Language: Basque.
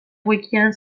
wikian